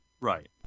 Right